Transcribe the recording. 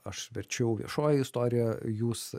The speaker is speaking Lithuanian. aš verčiau viešoji istorija jūs